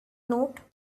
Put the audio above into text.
note